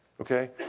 okay